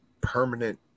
permanent